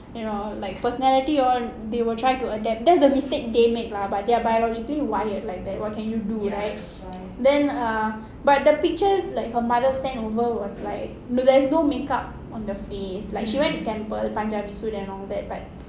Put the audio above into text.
you know like personality all they will try to adapt that's the mistake they make lah but they are biologically wired like that what can you do right then err but the picture her mother sent over was like there's no make up on the face like she wear the temple punjabi suit and all that but